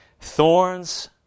Thorns